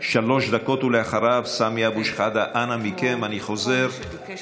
של חבר הכנסת מיקי לוי, סמי אבו שחאדה ועוד שניים.